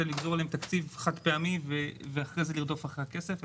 ולגזור להם תקציב חד פעמי ואחרי זה לרדוף אחרי הכסף,